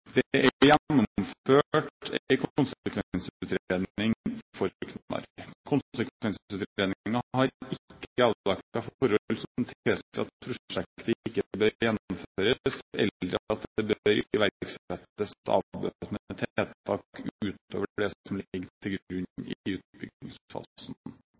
Det er gjennomført en konsekvensutredning av Knarr. Konsekvensutredningen har ikke avdekket forhold som tilsier at prosjektet ikke bør gjennomføres, eller at det bør iverksettes avbøtende tiltak utover det som ligger til